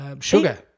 sugar